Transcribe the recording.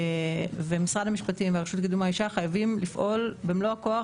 משרד המשפטים והרשות לקידום האישה חייבים לפעול במלוא הכוח